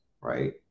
right